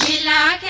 la